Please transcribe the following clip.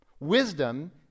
Wisdom